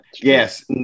Yes